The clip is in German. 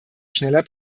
schneller